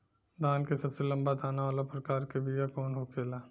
धान के सबसे लंबा दाना वाला प्रकार के बीया कौन होखेला?